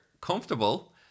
comfortable